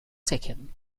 taken